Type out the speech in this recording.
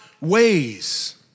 ways